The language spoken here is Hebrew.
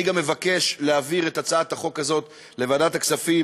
אני גם מבקש להעביר את הצעת החוק הזאת לוועדת הכספים.